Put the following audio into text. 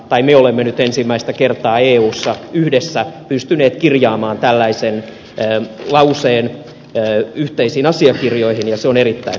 me olemme nyt ensimmäistä kertaa eussa yhdessä pystyneet kirjaamaan tällaisen lauseen yhteisiin asiakirjoihin ja se on erittäin merkittävää